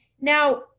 Now